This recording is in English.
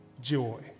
joy